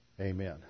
Amen